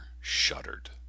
shuddered